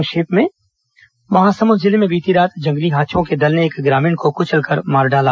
संक्षिप्त समाचार महासमुन्द जिले में बीती रात जंगली हाथियों के दल ने एक ग्रामीण को कुचल कर मार डाला